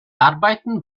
arbeiten